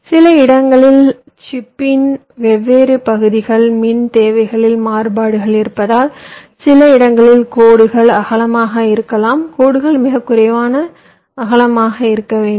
சில இடங்களில் சிப்பின் வெவ்வேறு பகுதிகளில் மின் தேவைகளில் மாறுபாடுகள் இருப்பதால் சில இடங்களில் கோடுகள் அகலமாக இருக்கலாம் கோடுகள் மிகக் குறைவான அகலமாக இருக்க வேண்டும்